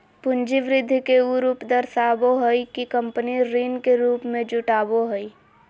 पूंजी वृद्धि के उ रूप दर्शाबो हइ कि कंपनी ऋण के रूप में जुटाबो हइ